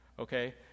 Okay